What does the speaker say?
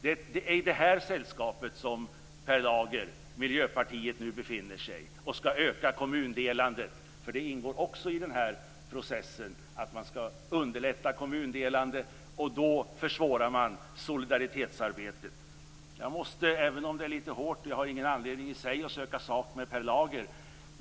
Det är i det här sällskapet som Per Lager och Miljöpartiet nu befinner sig när man vill öka kommundelandet. Det ingår också i den här processen att man skall underlätta kommundelandet. Då försvårar man solidaritetsarbetet. Jag har ingen anledning i sig att söka sak med Per Lager.